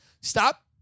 Stop